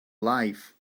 life